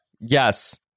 Yes